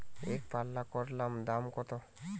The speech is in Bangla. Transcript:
একপাল্লা করলার দাম কত?